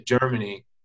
Germany